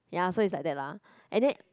ya is like that lah and then